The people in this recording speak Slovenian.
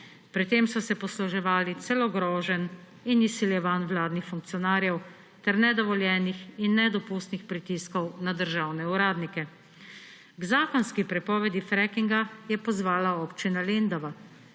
Pri tem so se posluževali celo groženj in izsiljevanj vladnih funkcionarjev ter nedovoljenih in nedopustnih pritiskov na državne uradnike. K zakonski prepovedi frackinga je pozvala občina Lendava.